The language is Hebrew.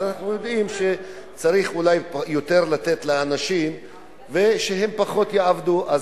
אנחנו יודעים שצריך אולי יותר לתת לאנשים ושהם יעבדו פחות,